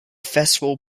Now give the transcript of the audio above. festival